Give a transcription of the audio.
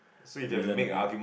reason to give